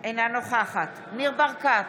אינה נוכחת ניר ברקת,